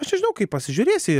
aš nežinau kaip pasižiūrėsi